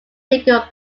bigger